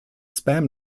spam